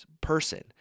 person